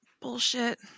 Bullshit